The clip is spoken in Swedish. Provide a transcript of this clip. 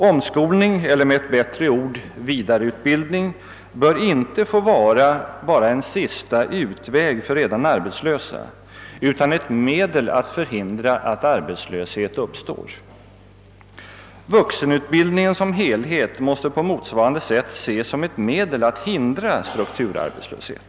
Omskolning eller med ett bättre ord vidareutbildning, bör inte få vara bara en sista utväg för redan arbetslösa, utan ett medel att förhindra att arbetslöshet uppstår. Vuxenutbildningen som helhet måste på motsvarande sätt ses som ett medel att hindra strukturarbetslöshet.